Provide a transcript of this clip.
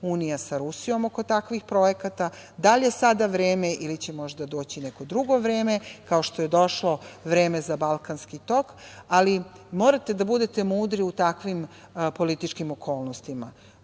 i EU sa Rusijom oko takvih projekata. Da li je sada vreme ili će možda doći neko drugo vreme, kao što je došlo vreme za „Balkanski tok“, ali morate da budete mudri u takvim političkim okolnostima. Aleksandar